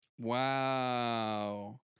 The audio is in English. Wow